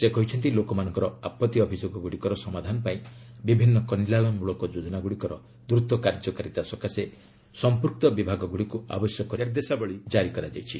ସେ କହିଛନ୍ତି' ଲୋକମାନଙ୍କର ଆପଭି ଅଭିଯୋଗ ଗୁଡିକର ସମାଧାନ ପାଇଁ ବିଭିନ୍ନ କଲ୍ୟାଣମୂଳକ ଯୋଜନାଗୁଡିକର ଦ୍ରତ କାର୍ଯ୍ୟକାରିତା ସକାଶେ ସମ୍ପୃକ୍ତ ବିଭାଗଗୁଡିକୁ ଆବଶ୍ୟକ ନିର୍ଦ୍ଦେଶାବଳୀ ଜାରି କରାଯାଇଛି